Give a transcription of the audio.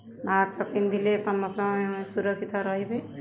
mask ପିନ୍ଧିଲେ ସମସ୍ତଙ୍କ ସୁରକ୍ଷିତ ରହିବେ